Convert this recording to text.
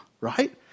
right